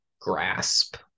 grasp